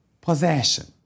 possession